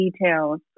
details